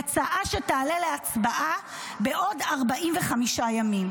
הצעה שתעלה להצבעה בעוד 45 ימים.